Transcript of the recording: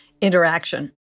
interaction